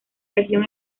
legión